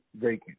vacant